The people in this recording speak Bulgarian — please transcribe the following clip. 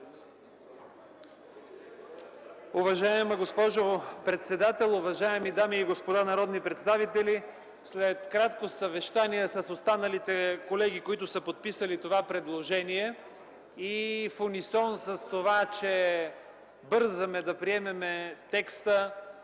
Уважаема госпожо председател, уважаеми дами и господа народни представители! След кратко съвещание с останалите колеги, които са подписали това предложение и в унисон с това, че бързаме да приемем текста